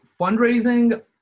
fundraising